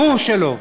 ברור שלא.